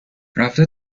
رفته